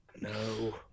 No